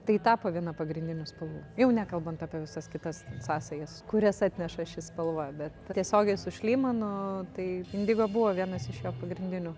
tai tapo viena pagrindinių spalvų jau nekalbant apie visas kitas sąsajas kurias atneša ši spalva bet tiesiogiai su šlymanu tai indigo buvo vienas iš jo pagrindinių